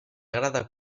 agrada